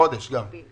חודש גם.